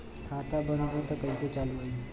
खाता बंद ह तब कईसे चालू होई?